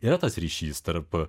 yra tas ryšys tarp